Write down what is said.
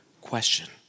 question